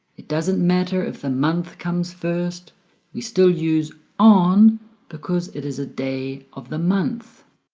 it doesn't matter if the month comes first you still use on because it is a day of the month.